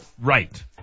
Right